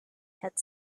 had